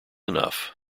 enough